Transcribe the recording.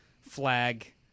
flag